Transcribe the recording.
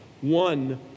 one